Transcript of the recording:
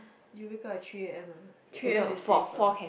you wake up at three a_m lah three a_m is safer loh